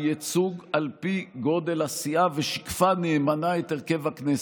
ייצוג על פי גודל הסיעה ושיקפה נאמנה את הרכב הכנסת.